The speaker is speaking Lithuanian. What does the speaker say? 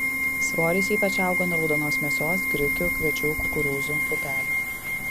svoris ypač auga nuo raudonos mėsos grikių kviečių kukurūzų pupelių